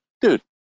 Dude